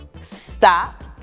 Stop